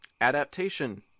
Adaptation